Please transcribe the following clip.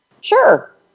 Sure